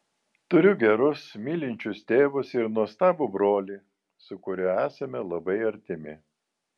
turiu gerus mylinčius tėvus ir nuostabų brolį su kuriuo esame labai artimi